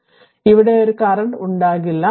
അതിനാൽ ഇവിടെ കറന്റ് ഉണ്ടാകില്ല